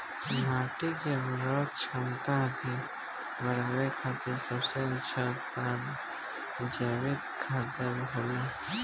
माटी के उर्वरक क्षमता के बड़ावे खातिर सबसे अच्छा उत्पाद जैविक खादर होखेला